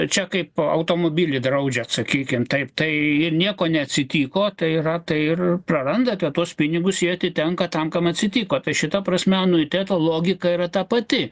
čia kaip automobilį draudžiat sakykim taip tai ir nieko neatsitiko tai yra tai ir prarandate tuos pinigus jie atitenka tam kam atsitiko tai šita prasme anuiteto logika yra ta pati